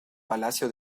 palacio